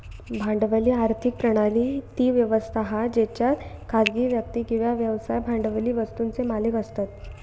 भांडवली आर्थिक प्रणाली ती व्यवस्था हा जेच्यात खासगी व्यक्ती किंवा व्यवसाय भांडवली वस्तुंचे मालिक असतत